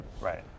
Right